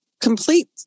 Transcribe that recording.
complete